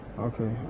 Okay